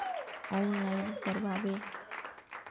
Online करवे?